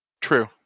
True